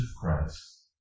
Christ